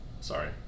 Sorry